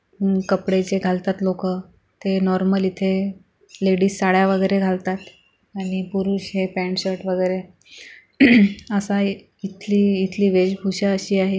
कपडे जे घालतात लोक ते नॉमर्ल इथे लेडीज साड्या वगैरे घालतात आणि पुरुष हे पॅन्ट शर्ट वगैरे असा इथली इथली वेशभूषा अशी आहे